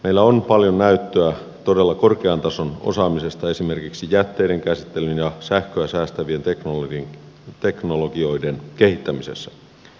meillä on paljon näyttöä todella korkean tason osaamisesta esimerkiksi jätteiden käsittelyn ja sähköä säästävien teknologioiden kehittämisessä